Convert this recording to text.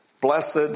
Blessed